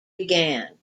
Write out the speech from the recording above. began